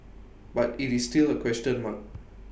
but IT is still A question mark